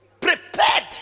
Prepared